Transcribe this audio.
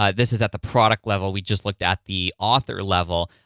um this is at the product level, we just looked at the author level.